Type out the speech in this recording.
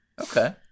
Okay